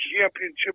championship